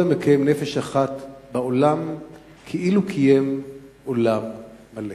כל המקיים נפש אחת בעולם כאילו קיים עולם מלא.